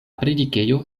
predikejo